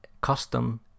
custom